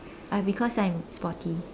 I because I'm sporty